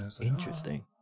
interesting